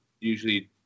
usually